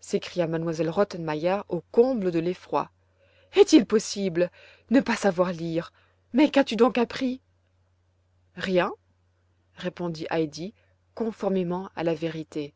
s'écria m elle rottenmeier au comble de l'effroi est-il possible ne pas savoir lire mais qu'as-tu donc appris rien répondit heidi conformément à la vérité